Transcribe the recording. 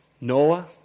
Noah